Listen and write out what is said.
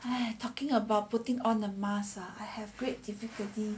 talking about putting on the mask ah I have great difficulty